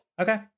Okay